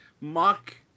mock